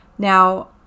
Now